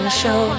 show